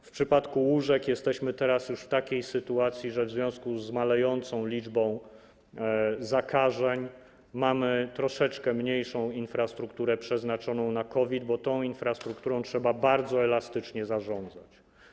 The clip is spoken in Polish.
W przypadku łóżek jesteśmy teraz już w takiej sytuacji, że w związku z malejącą liczbą zakażeń mamy troszeczkę mniejszą infrastrukturę przeznaczoną na COVID, bo tą infrastrukturą trzeba bardzo elastycznie zarządzać.